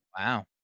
Wow